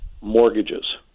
mortgages